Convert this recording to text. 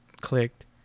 clicked